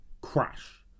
crash